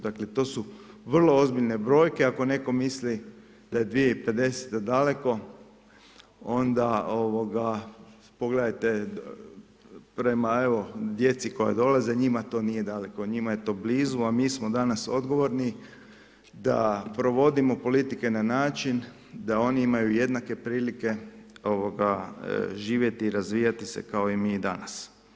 Dakle, to su vrlo ozbiljne brojke, ako netko misli da je 2050. daleko, onda pogledajte prema djeci koja dolaze, njima to nije daleko, njima je to blizu, a mi smo danas odgovorni da provodimo politike na način, da oni imaju jednake prilike živjeti, razvijati se kao i mi danas.